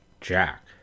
Jack